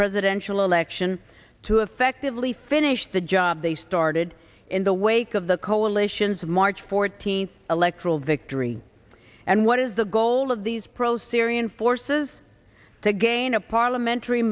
presidential election to effectively finish the job they started in the wake of the coalition's march fourteenth electoral victory and what is the goal of these pro syrian forces to gain a parliamentary